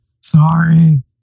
Sorry